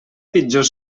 pitjor